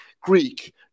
Greek